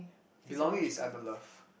belonging is under love